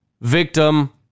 victim